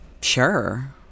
Sure